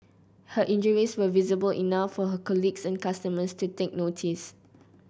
her injuries were visible enough for her colleagues and customers to take notice